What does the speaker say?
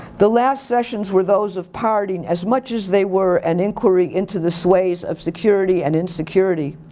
the last sessions were those of parting as much as they were an inquiry into the sways of security and insecurity.